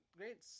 great